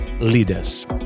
leaders